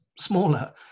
smaller